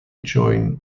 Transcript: join